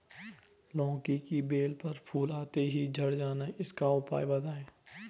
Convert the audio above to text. लौकी की बेल पर फूल आते ही झड़ जाना इसका उपाय बताएं?